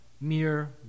mere